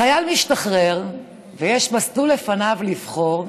חייל משתחרר ויש מסלול לפניו לבחור,